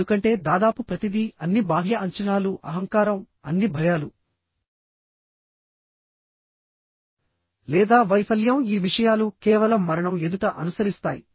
ఎందుకంటే దాదాపు ప్రతిదీ అన్ని బాహ్య అంచనాలు అహంకారం అన్ని భయాలు లేదా వైఫల్యం ఈ విషయాలు కేవలం మరణం ఎదుట అనుసరిస్తాయి